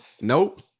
Nope